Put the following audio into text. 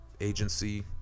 agency